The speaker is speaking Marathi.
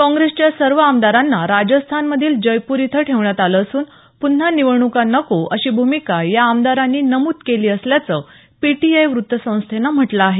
काँग्रेसच्या सर्व आमदारांना राजस्थानमधील जयपूर इथं ठेवण्यात आलं असून प्न्हा निवडणुका नको अशी भूमिका या आमदारांनी नमुद केली असल्याचं पीटीआय व्रत्तसंस्थेनं म्हटलं आहे